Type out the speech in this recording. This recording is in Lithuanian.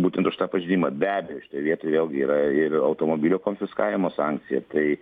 būtent už tą pažeidimą be abejo šitoj vietoj vėlgi yra ir automobilio konfiskavimo sankcija tai